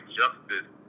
justice